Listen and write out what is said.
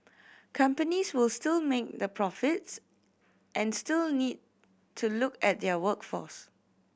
companies will still make the profits and still need to look at their workforce